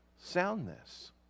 soundness